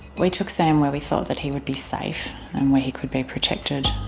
we took sam where we thought that he would be safe and where he could be protected.